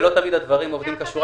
לא תמיד הדברים עובדים.